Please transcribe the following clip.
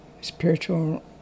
spiritual